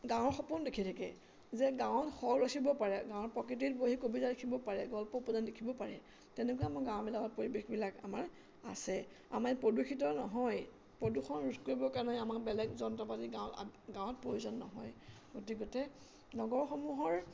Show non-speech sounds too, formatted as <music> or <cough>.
গাঁৱৰ সপোন দেখি থাকে যে গাঁৱত <unintelligible> ৰখিব পাৰে গাঁৱৰ প্ৰকৃতিত বহি কবিতা লিখিব পাৰে গল্প উপন্যাস লিখিব পাৰে তেনেকুৱা আমাৰ গাঁওবিলাকত পৰিৱেশবিলাক আমাৰ আছে আমাৰ প্ৰদূষিত নহয় প্ৰদূষণ ৰোধ কৰিবৰ কাৰণে আমাক বেলেগ যন্ত্ৰ পাতি গাঁৱত গাঁৱত প্ৰয়োজন নহয় গতিকতে নগৰসমূহৰ